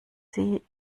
sie